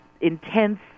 intense